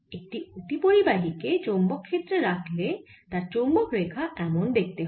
একটি অতিপরিবাহী কে চৌম্বক ক্ষেত্রে রাখলে তার চৌম্বক রেখা এমন দেখতে হয়